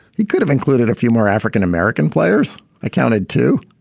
he could have included a few more african-american players i counted to,